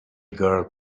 girl